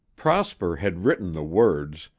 prosper had written the words,